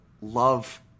love